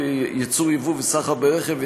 יבוא וסחר ברכב,